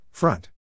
Front